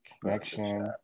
Connection